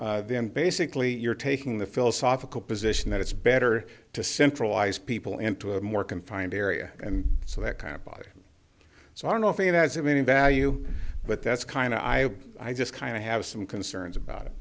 bad then basically you're taking the philosophical position that it's better to centralize people into a more confined area and so that kind of buyer so i don't know if it has of any value but that's kind of i i just kind of have some concerns about it